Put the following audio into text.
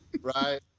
Right